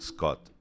Scott